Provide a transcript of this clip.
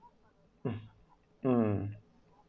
um